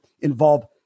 involve